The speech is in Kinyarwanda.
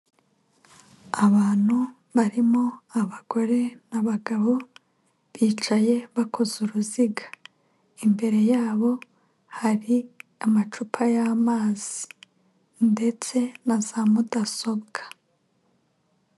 Abantu barimo abagore n'abagabo bicaye bakoze uruziga, imbere yabo hari amacupa y'amazi ndetse na za mudasobwa.